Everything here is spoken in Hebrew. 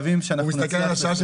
דרך